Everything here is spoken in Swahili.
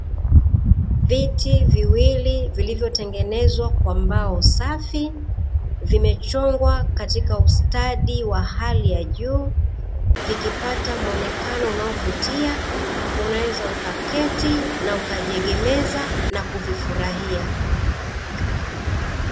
Viti viwili vilivyotengenezwa kwa mbao safi, vimechongwa katika ustadi wa hali ya juu, vikipata muonekano unaovutia, unaweza ukaketi na ukajiegemeza na kuvifurahia